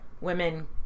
women